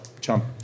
jump